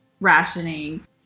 rationing